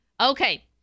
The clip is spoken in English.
Okay